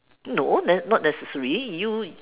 no not necessary you